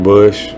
Bush